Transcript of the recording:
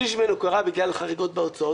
שלישי ממנו קרה בגלל חריגות בהוצאות.